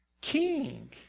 king